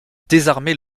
désarmer